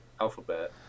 alphabet